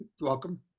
welcome